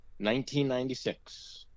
1996